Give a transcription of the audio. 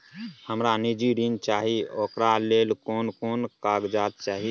हमरा निजी ऋण चाही ओकरा ले कोन कोन कागजात चाही?